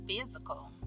physical